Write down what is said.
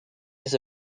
his